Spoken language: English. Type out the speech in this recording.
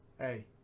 Hey